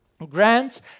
Grants